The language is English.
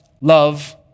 Love